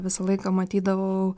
visą laiką matydavau